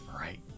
right